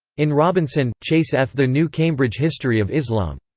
in robinson, chase f. the new cambridge history of islam.